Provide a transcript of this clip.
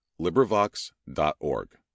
LibriVox.org